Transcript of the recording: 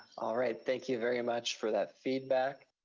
all right, thank you very much for that feedback.